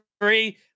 three